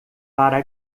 para